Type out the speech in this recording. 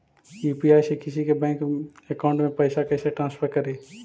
UPI से किसी के बैंक अकाउंट में पैसा कैसे ट्रांसफर करी?